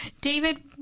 David